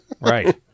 Right